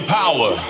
power